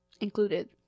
included